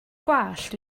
gwallt